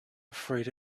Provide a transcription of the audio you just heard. afraid